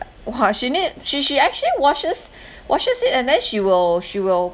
!wah! she need she she actually washes washes it and then she will she will